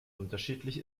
unterschiedlich